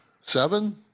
seven